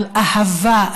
על אהבה,